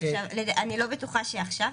אני לא בטוחה שעכשיו.